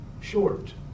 short